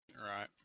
Right